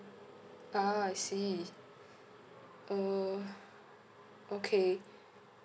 ah I see uh okay